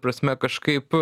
prasme kažkaip